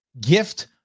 gift